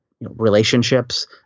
relationships